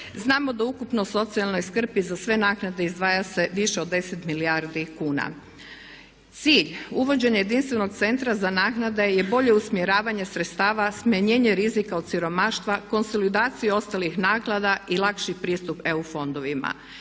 Znamo da ukupno u socijalnoj skrbi za sve naknade izdvaja se više od 10 milijardi kuna. Cilj uvođenja jedinstvenog Centra za naknade je bolje usmjeravanje sredstava, smanjenje rizika od siromaštva, konsolidacija ostalih naknada i lakših pristup EU fondovima